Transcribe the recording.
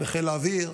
בחיל האוויר,